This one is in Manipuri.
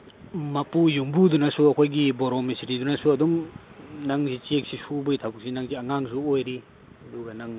ꯃꯄꯨ ꯌꯨꯝꯕꯨꯗꯨꯅꯁꯨ ꯑꯩꯈꯣꯏꯒꯤ ꯕꯣꯔꯣ ꯃꯤꯁꯇ꯭ꯔꯤꯗꯨꯅꯁꯨ ꯑꯗꯨꯝ ꯅꯪꯁꯦ ꯆꯦꯛꯁꯦ ꯁꯨꯕꯒꯤ ꯊꯕꯛꯁꯦ ꯅꯪꯁꯦ ꯑꯉꯥꯡꯁꯨ ꯑꯣꯏꯔꯤ ꯑꯗꯨꯒ ꯅꯪ